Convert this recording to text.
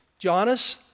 Jonas